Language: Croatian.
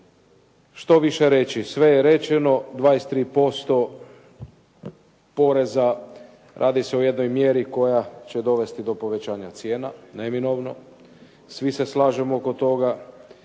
što više reći. Sve je rečeno, 23% poreza, radi se o jednoj mjeri koja će dovesti do povećanja cijena neminovno. Svi se slažemo oko toga.